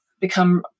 become